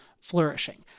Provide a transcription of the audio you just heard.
flourishing